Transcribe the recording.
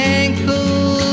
ankle